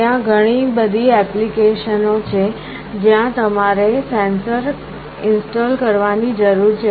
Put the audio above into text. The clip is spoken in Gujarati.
ત્યાં ઘણી એપ્લિકેશનો છે જ્યાં તમારે સેન્સર ઇન્સ્ટોલ કરવાની જરૂર છે